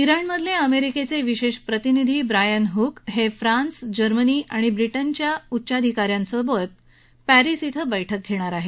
Iran मधले अमेरिकेचे विशेष प्रतिनिधी ब्रायन हक हे फ्रान्स जर्मनी आणि ब्रिटनच्या उच्चाधिका यांबरोबर पॅरिस इथं बैठक घेणार आहेत